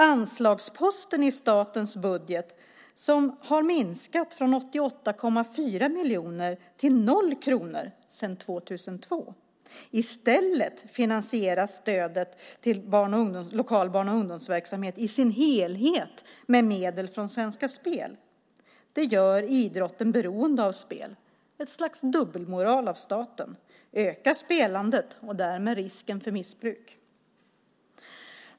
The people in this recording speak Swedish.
Anslagsposten i statens budget har minskat från 88,4 miljoner till noll kronor sedan 2002. I stället finansieras stödet till lokal barn och ungdomsverksamhet i sin helhet med medel från Svenska Spel. Det gör idrotten beroende av spel, ett slags dubbelmoral av staten. Öka spelandet och därmed risken för missbruk!